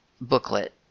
booklet